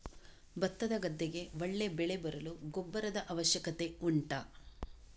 ಭತ್ತದ ಗದ್ದೆಗೆ ಒಳ್ಳೆ ಬೆಳೆ ಬರಲು ಗೊಬ್ಬರದ ಅವಶ್ಯಕತೆ ಉಂಟಾ